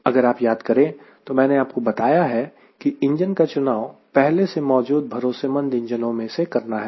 अगर आप याद करें तो मैंने आपको बताया है की इंजन का चुनाव पहले से मौजूद भरोसेमंद इंजनों में से करना है